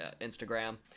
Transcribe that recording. Instagram